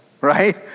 right